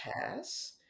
pass